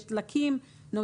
יש דלקים נוזליים.